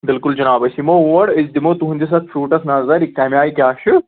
بِلکُل جِناب أسۍ یِمو اور أسۍ دِمو تُہٕنٛدِس اَتھ فِرٛوٗٹَس نظر یہِ کَمہِ آیہِ کیٛاہ چھُ